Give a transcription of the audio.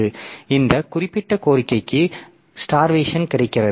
எனவே இந்த குறிப்பிட்ட கோரிக்கைக்கு பட்டினி கிடக்கிறது